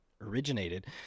originated